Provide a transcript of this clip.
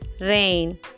rain